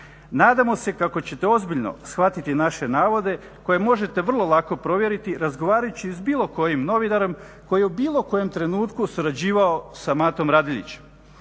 Nadamo se kako ćete ozbiljno shvatiti naše navode koje možete vrlo lako provjeriti razgovarajući sa bilo kojim novinarom koji je u bilo kojem trenutku surađivao sa Matom Radeljićem.